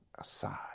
aside